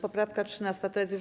Poprawka 13. - to jest już